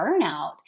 burnout